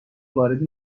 وارد